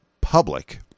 public